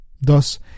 Thus